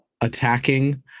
attacking